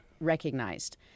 recognized